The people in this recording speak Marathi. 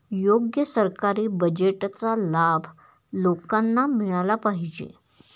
योग्य सरकारी बजेटचा लाभ लोकांना मिळाला पाहिजे